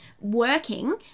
working